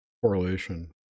correlation